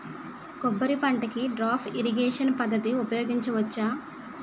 కొబ్బరి పంట కి డ్రిప్ ఇరిగేషన్ పద్ధతి ఉపయగించవచ్చా?